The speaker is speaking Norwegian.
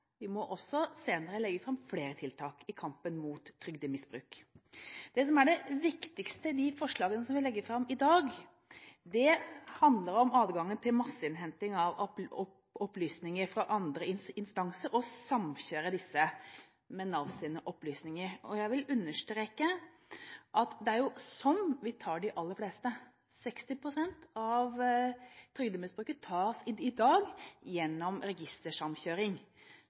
vi må ikke stoppe her. Vi må også senere legge fram flere tiltak i kampen mot trygdemisbruk. Det som er det viktigste i de forslagene vi legger fram i dag, handler om adgangen til masseinnhenting av opplysninger fra andre instanser og å samkjøre disse med Navs opplysninger. Jeg vil understreke at det er jo sånn vi tar de aller fleste. 60 pst. av trygdemisbrukerne tas i dag gjennom registersamkjøring,